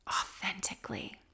authentically